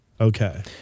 Okay